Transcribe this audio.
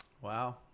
Wow